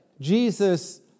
Jesus